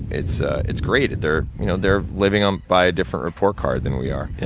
it's ah it's great. they're you know they're living um by a different report card than we are. yeah.